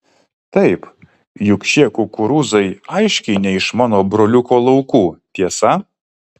taip juk šie kukurūzai aiškiai ne iš mano broliuko laukų tiesa